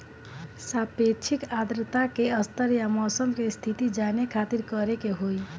सापेक्षिक आद्रता के स्तर या मौसम के स्थिति जाने खातिर करे के होई?